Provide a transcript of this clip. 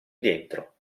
dentro